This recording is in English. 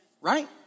Right